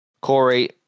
Corey